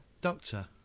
doctor